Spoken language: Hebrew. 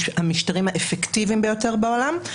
המשטרים האפקטיביים ביותר בעולם.